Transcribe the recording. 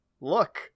Look